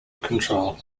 control